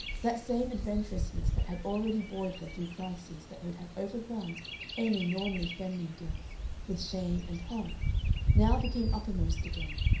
that same adventurousness that had already buoyed her through crises that would have overwhelmed any normally feminine girl with shame and horror now became uppermost again.